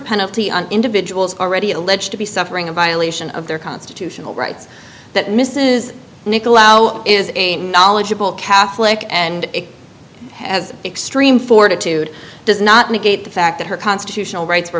penalty on individuals already alleged to be suffering a violation of their constitutional rights that mrs nikolaus is a knowledgeable catholic and it has extreme fortitude does not negate the fact that her constitutional rights were